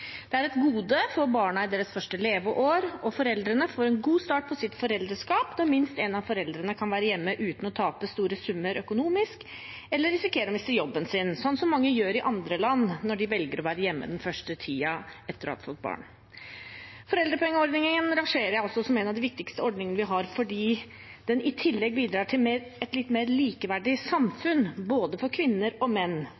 Det er et gode for barna i deres første leveår, og foreldrene får en god start på sitt foreldreskap når minst en av foreldrene kan være hjemme uten å tape store summer økonomisk eller risikere å miste jobben sin, sånn som mange gjør i andre land når de velger å være hjemme den første tiden etter å ha fått barn. Foreldrepengeordningen rangerer jeg også som en av de viktigste ordningene vi har, fordi den i tillegg bidrar til et litt mer likeverdig